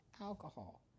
alcohol